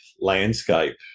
landscape